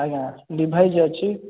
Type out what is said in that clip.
ଆଜ୍ଞା ଲିଭାଇଜ୍ ଅଛି